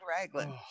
raglan